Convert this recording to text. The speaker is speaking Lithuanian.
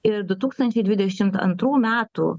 ir du tūkstančiai dvidešimt antrų metų